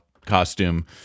costume